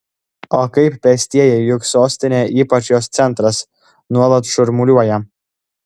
o kaip pėstieji juk sostinė ypač jos centras nuolat šurmuliuoja